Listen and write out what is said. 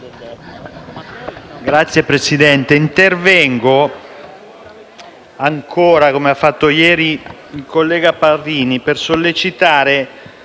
Signor Presidente, intervengo ancora, come ha fatto ieri il collega Parrini, per sollecitare